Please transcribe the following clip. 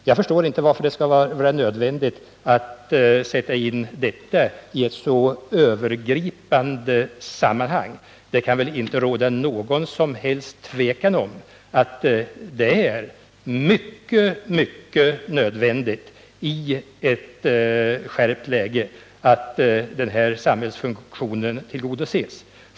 Jag förstår inte varför det skall vara så nödvändigt att sätta in denna fråga i ett så övergripande sammanhang. Det kan väl inte råda något som helst tvivel om att det är helt nödvändigt att den här samhällsfunktionen tillgodoses i ett skärpt läge.